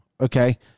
okay